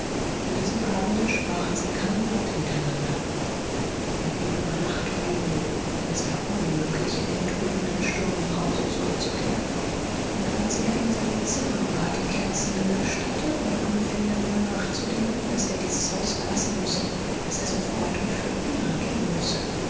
an diesem abende sprachen sie kein wort miteinander er blieb über nacht bei ihnen denn es war unmöglich in dem tobenden sturm nach hause zurückzukehren und als er in seinem zimmer war die kerzen gelöscht hatte und anfing darüber nachzudenken daß er dieses haus verlassen müsse daß er sofort und für immer gehen müsse